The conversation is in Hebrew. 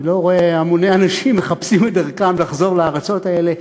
ואני לא רואה המוני אנשים מחפשים את דרכם לחזור לארצות האלה.